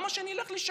למה שאני אלך לשרת?